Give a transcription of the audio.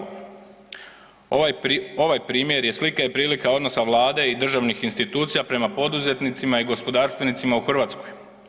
Ovaj primjer je slika i prilika odnosa vlade i državnih institucija prema poduzetnicima i gospodarstvenicima u Hrvatskoj.